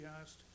asked